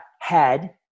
head